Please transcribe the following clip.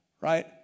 right